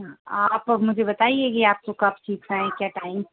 हाँ आप अब मुझे बताइए कि आपको कब सीखना है क्या टाइम